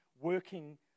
working